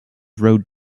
road